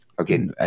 Okay